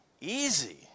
easy